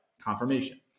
confirmation